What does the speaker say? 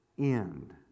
end